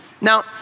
Now